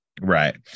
Right